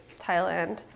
thailand